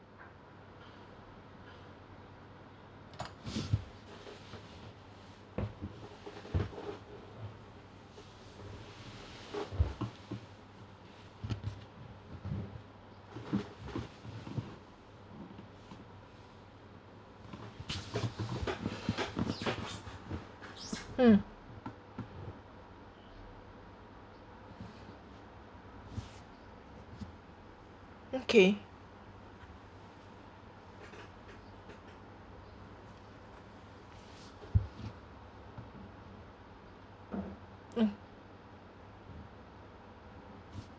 mm okay mm